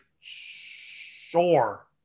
sure